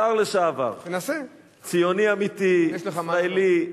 שר לשעבר, ציוני אמיתי, ישראלי.